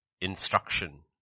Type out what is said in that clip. instruction